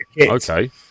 Okay